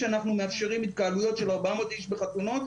כשאנחנו מאפשרים התקהלויות של 400 איש בחתונות,